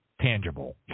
tangible